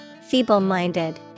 Feeble-minded